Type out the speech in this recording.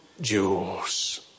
jewels